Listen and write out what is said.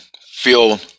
feel